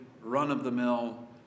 run-of-the-mill